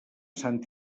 sant